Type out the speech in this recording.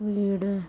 വീട്